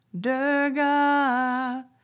Durga